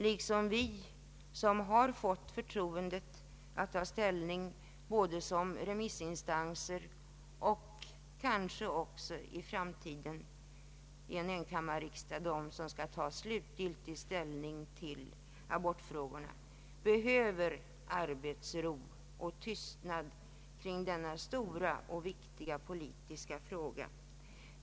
Även vi som har fått förtroendet att ta ställning som remissinstanser, och de som i framtiden i en enkammarriksdag slutgiltigt skall behandla abortfrågorna behöver arbetsro och tystnad kring denna stora och viktiga politiska fråga.